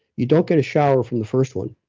you don't get a shower from the first one.